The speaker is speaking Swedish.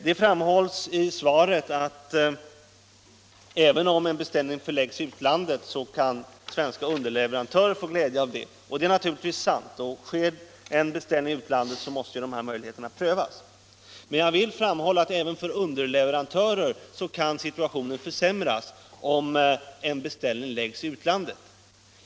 Det framhålls i svaret att även om en beställning läggs ut till utlandet kan svenska underleverantörer få glädje av detta. Det är naturligtvis sant, och om en beställning görs i utlandet måste dessa möjligheter prövas. Men jag vill framhålla att situationen även kan försämras för underleverantörer, om en beställning förläggs till utlandet.